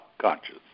conscious